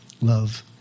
Love